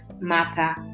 matter